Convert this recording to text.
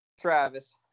Travis